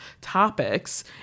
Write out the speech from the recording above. topics